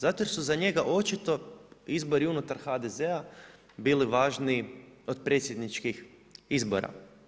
Zato jer su za njega očito izbori unutar HDZ-a bili važniji od predsjedničkih izbora.